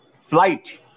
flight